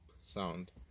sound